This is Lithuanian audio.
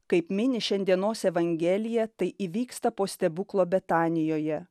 kaip mini šiandienos evangelija tai įvyksta po stebuklo betanijoje